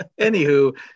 anywho